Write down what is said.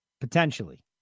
Potentially